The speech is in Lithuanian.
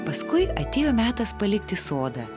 paskui atėjo metas palikti sodą